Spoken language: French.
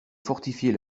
fortifier